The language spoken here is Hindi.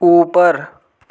ऊपर